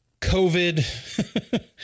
COVID